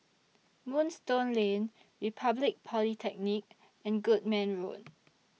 Moonstone Lane Republic Polytechnic and Goodman Road